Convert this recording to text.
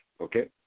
okay